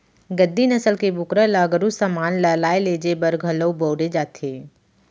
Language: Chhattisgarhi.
गद्दी नसल के बोकरा ल गरू समान ल लाय लेजे बर घलौ बउरे जाथे